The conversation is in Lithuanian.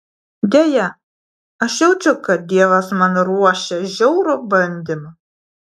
deja aš jaučiu kad dievas man ruošia žiaurų bandymą